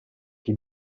chi